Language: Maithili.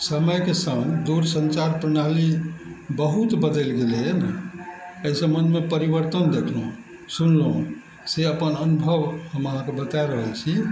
समयके सङ्ग दूर सञ्चार प्रणाली बहुत बदलि गेलइए ने अइ सम्बन्धमे परिवर्तन देखलहुँ सुनलहुँ से अपन अनुभव हम अहाँके बता रहल छी